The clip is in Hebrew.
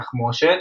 תחמושת,